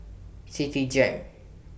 Citigem